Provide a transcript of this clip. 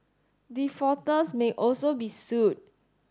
defaulters may also be sued